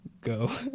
Go